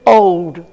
old